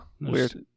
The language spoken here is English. weird